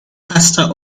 pastor